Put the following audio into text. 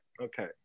okay